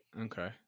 Okay